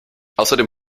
außerdem